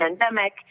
pandemic